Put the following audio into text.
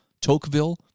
Tocqueville